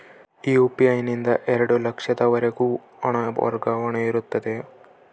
UPI ನಿಂದ ಎರಡು ಲಕ್ಷದವರೆಗೂ ಹಣ ವರ್ಗಾವಣೆ ಇರುತ್ತದೆಯೇ?